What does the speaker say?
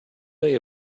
day